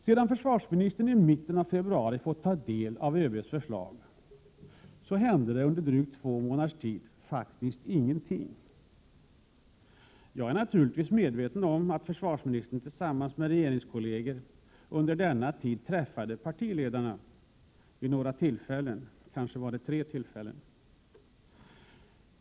Sedan försvarsministern i mitten av februari fått ta del av ÖB:s förslag, hände det under drygt två månaders tid faktiskt ingenting. Jag är naturligtvis medveten om att försvarsministern tillsammans med regeringskolleger under denna tid träffade partiledarna vid omkring tre tillfällen.